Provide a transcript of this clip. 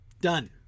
Done